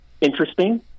interesting